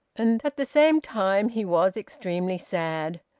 and at the same time he was extremely sad,